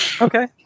Okay